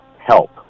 help